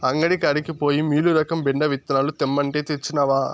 అంగడి కాడికి పోయి మీలురకం బెండ విత్తనాలు తెమ్మంటే, తెచ్చినవా